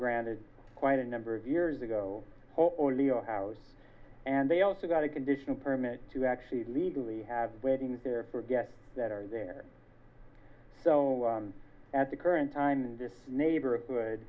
granted quite a number of years ago only our house and they also got a conditional permit to actually legally have waiting for guests that are there so at the current time in this neighborhood